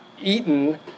eaten